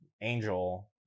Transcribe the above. Angel